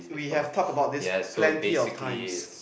we have talked about this plenty of times